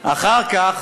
אחר כך